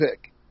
pick